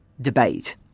debate